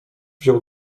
wziął